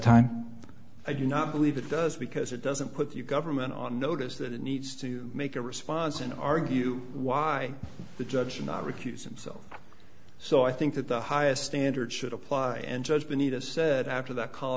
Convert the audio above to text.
time i do not believe it does because it doesn't put the government on notice that it needs to make a response and argue why the judge should not recuse himself so i think that the highest standard should apply and judge benita said after that coll